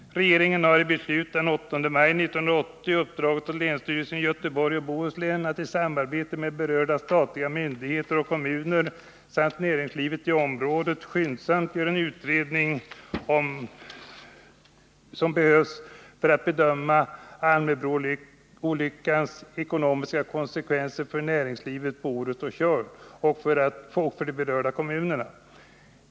Regeringen har i beslut den 8 maj 1980 uppdragit åt länsstyrelsen i Göteborgs och Bohus län att i samarbete med berörda statliga myndigheter och kommuner samt näringslivet i området skyndsamt göra den utredning som behövs för att bedöma Almöbroolyckans ekonomiska konsekvenser för näringslivet på Orust och Tjörn och för de berörda kommunerna.